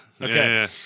Okay